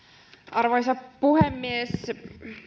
arvoisa puhemies